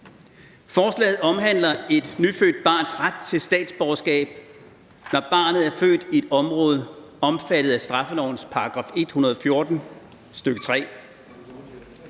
Forslaget omhandler et nyfødt barns ret til statsborgerskab, når barnet er født i et område omfattet af straffelovens § 114, stk. 3.